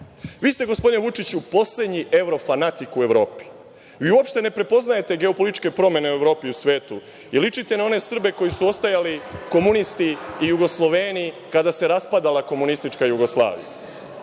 Vi ste gospodine Vučiću, poslednje evrofanatik u Evropi. Vi uopšte ne prepoznajete geopolitičke promene u Evropi i u svetu i ličite na one Srbe koji su ostajali komunisti i Jugosloveni kada se raspadala komunistička Jugoslavija.